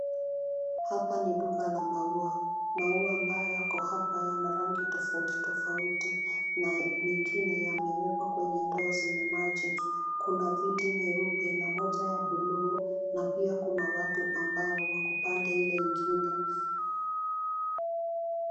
Hapa ni duka la maua. Maua ambayo yako hapa yana rangi tofauti tofauti na mengine yamewekwa kwenye ndoo zenye maji. Kuna viti nyeupe na moja ya buluu na pia kuna watu ambao wako pande ile ingine.